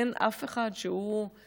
אין אף אחד שהוא המאזן,